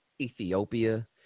Ethiopia